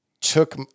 took